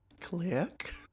Click